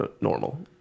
normal